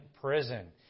prison